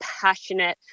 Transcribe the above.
passionate